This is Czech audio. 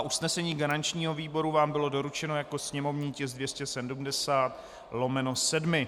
Usnesení garančního výboru vám bylo doručeno jako sněmovní tisk 270/7.